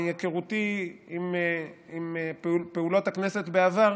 מהיכרותי עם פעולות הכנסת בעבר,